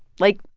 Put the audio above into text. like,